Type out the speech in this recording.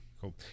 Cool